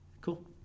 cool